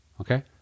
Okay